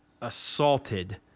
assaulted